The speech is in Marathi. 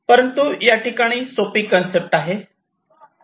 परंतु या ठिकाणी सोपी कन्सेप्ट आहे